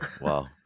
Wow